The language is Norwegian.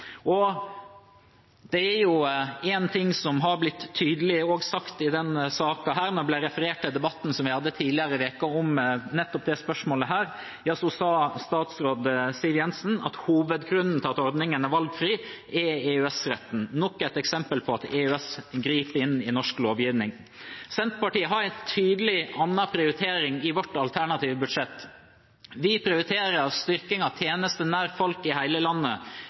ting har blitt tydelig sagt i denne saken. Det ble referert til debatten som vi hadde tidligere denne uken om nettopp dette spørsmålet. Statsråd Siv Jensen sa da at hovedgrunnen til at ordningen er valgfri, er EØS-retten. Det er nok et eksempel på at EØS griper inn i norsk lovgivning. Senterpartiet har en tydelig og annen prioritering i vårt alternative budsjett. Vi prioriterer styrking av tjenester som er nær folk i hele landet.